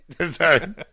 Sorry